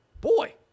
boy